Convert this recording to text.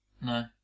No